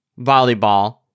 volleyball